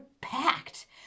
packed